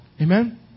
Amen